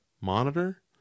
monitor